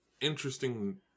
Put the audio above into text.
interesting